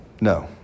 No